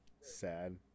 sad